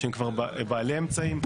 שהם כבר בעלי אמצעים?